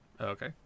Okay